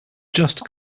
just